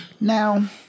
Now